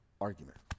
argument